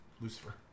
Lucifer